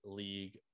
league